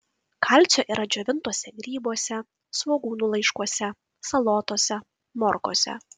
kalcio yra džiovintuose grybuose svogūnų laiškuose salotose morkose